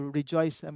rejoice